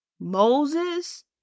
Moses